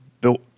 built